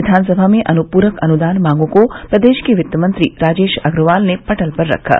विधानसभा में अनुपूरक अनुदान मांगों को प्रदेश के वित्त मंत्री राजेश अग्रवाल ने पटल पर रखा